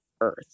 Earth